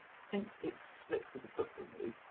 since its split with the football league,